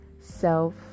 self